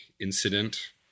incident